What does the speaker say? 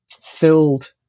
filled